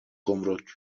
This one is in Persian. گمرک